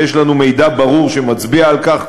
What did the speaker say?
ויש לנו מידע ברור שמצביע על כך,